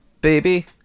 baby